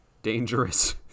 dangerous